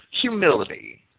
humility